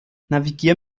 navigiere